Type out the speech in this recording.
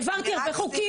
העברתי הרבה חוקים.